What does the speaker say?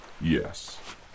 Yes